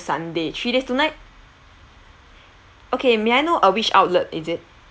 sunday three days two night okay may I know uh which outlet is it